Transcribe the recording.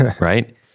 Right